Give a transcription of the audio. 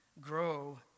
grow